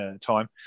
time